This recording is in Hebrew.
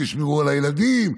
תשמרו על הילדים,